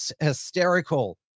hysterical